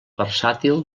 versàtil